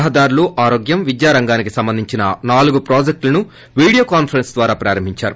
రహదారులు ఆరోగ్యం విద్యా రంగానికి సంబంధించిన నాలుగు వ్రేజెక్టులను వీడియోకాన్సరెన్స్ ద్వారా ప్రారంభిందారు